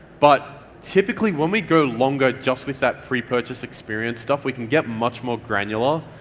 but typically when we go longer just with that pre-purchase experience stuff we can get much more granular,